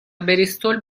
بریستول